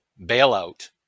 Bailout